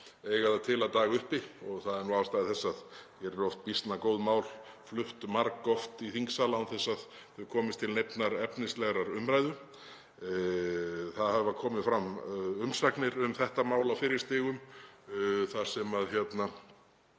eiga það til að daga uppi og það er ástæða þess að hér er oft býsna góð mál flutt margoft í þingsal án þess að þau komist til neinnar efnislegrar umræðu. Það hafa komið umsagnir um þetta mál á fyrri stigum sem eru